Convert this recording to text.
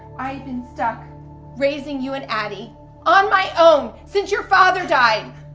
i have been stuck raising you and addie on my own since your father died,